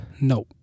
No